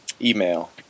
email